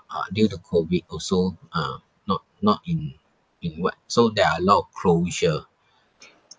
ah due to COVID also ah not not in in what so there are a lot of closure